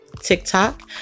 TikTok